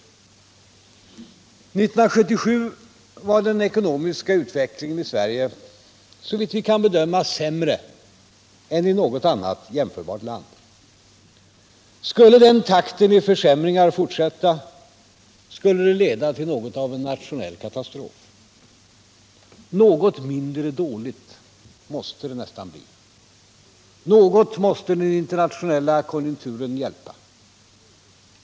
1977 var den ekonomiska utvecklingen i Sverige såvitt vi kan bedöma sämre än i något annat jämförbart land. Skulle den takten av försämringar fortsätta skulle det leda till något av en nationell katastrof. Något mindre Finansdebatt dåligt måste det nästan bli. Något måste den internationella konjunkturen hjälpa.